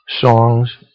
songs